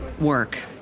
work